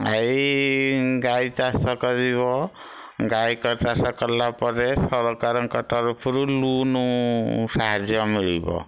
ଏଇ ଗାଈ ଚାଷ କରିବ ଗାଈଙ୍କ ଚାଷ କଲା ପରେ ସରକାରଙ୍କ ତରଫରୁ ଲୋନ୍ ସାହାଯ୍ୟ ମିଳିବ